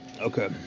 Okay